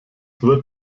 wird